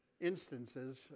instances